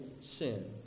sin